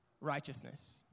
righteousness